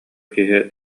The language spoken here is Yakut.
киһи